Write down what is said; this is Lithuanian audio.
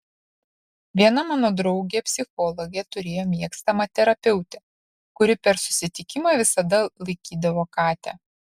viena mano draugė psichologė turėjo mėgstamą terapeutę kuri per susitikimą visada laikydavo katę